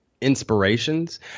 inspirations